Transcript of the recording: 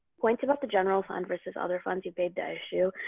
pointed out the general fund versus other funds that they'd ah issue,